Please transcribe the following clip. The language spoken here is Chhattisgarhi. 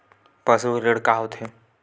पशु ऋण का होथे?